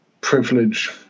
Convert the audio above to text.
privilege